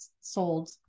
sold